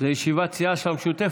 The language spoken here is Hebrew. זו ישיבת סיעה של המשותפת.